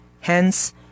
Hence